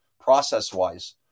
process-wise